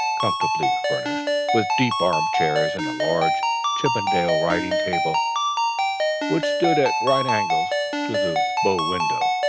comfortably furnished, with deep arm-chairs, and a large chippendale writing-table which stood at right angles to the bow window,